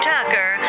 Tucker